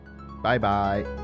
Bye-bye